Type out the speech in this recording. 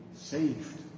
saved